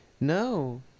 No